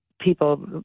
people